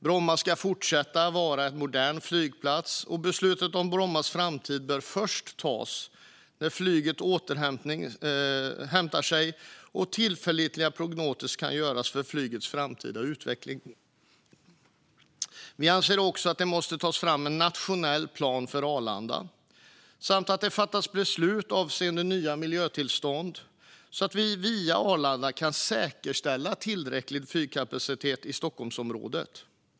Bromma ska fortsätta vara en modern flygplats, och beslutet om Brommas framtid bör först tas när flyget återhämtat sig och tillförlitliga prognoser kan göras för flygets framtida utveckling. Vi anser också att det måste tas fram en nationell plan för Arlanda samt att det måste fattas beslut avseende nya miljötillstånd, så att vi via Arlanda kan säkerställa tillräcklig flygkapacitet i Stockholmsområdet.